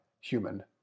human